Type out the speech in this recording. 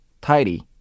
tidy